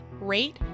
rate